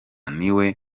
niwe